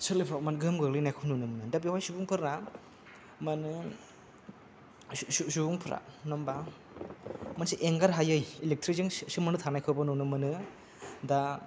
सोलोफ्राव माने गोहोम गोग्लैनायखौ नुनो मोनो दा बेवहाय सुबुंफोरना माने सुबुंफ्रा नङा होमब्ला मोनसे एंगारहायै इलेक्ट्रिकजों सोमोन्दो थानायखौबो नुनो मोनो दा